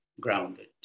grounded